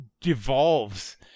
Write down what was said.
devolves